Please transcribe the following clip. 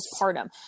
postpartum